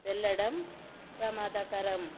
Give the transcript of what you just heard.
వెళ్ళడం ప్రమాదకరం